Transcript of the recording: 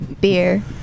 beer